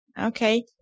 Okay